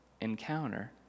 encounter